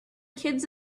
kids